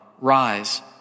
Rise